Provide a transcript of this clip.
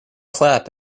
clap